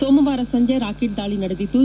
ಸೋಮವಾರ ಸಂಜೆ ರಾಕೆಟ್ ದಾಳಿ ನಡೆದಿದ್ದು